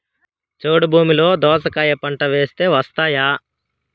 చౌడు భూమిలో దోస కాయ పంట వేస్తే వస్తాయా?